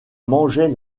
mangeait